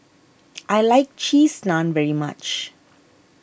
I like Cheese Naan very much